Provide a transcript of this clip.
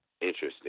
interesting